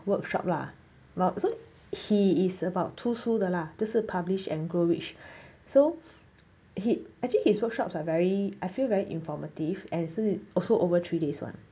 workshop lah so he is about 出书的啦就是 publish and grow rich so he actually his workshops were very I feel very informative and 是 also over three days [one]